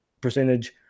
percentage